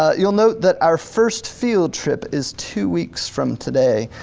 ah you'll note that our first field trip is two weeks from today.